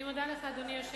אני מודה לך, אדוני היושב-ראש.